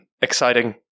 exciting